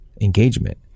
engagement